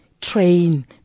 train